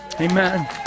Amen